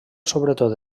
sobretot